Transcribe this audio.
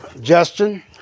Justin